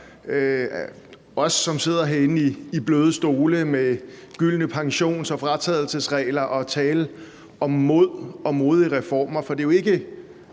vi, som sidder herinde i bløde stole med gyldne pensions- og fratrædelsesregler – tale om mod og modige reformer, for det er jo ikke